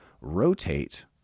rotate